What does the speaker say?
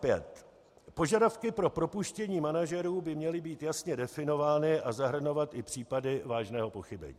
4.5 Požadavky pro propuštění manažerů by měly být jasně definovány a zahrnovat i případy vážného pochybení.